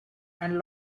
and